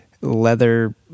leather